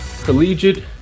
collegiate